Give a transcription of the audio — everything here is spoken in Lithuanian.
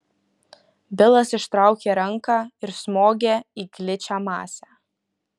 bilas ištraukė ranką ir smogė į gličią masę